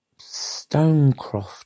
Stonecroft